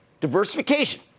Diversification